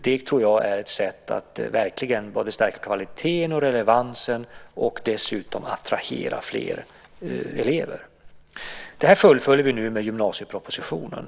Det tror jag är ett sätt att verkligen både höja kvaliteten och öka relevansen - och dessutom attrahera fler elever. Nu fullföljer vi detta med gymnasiepropositionen.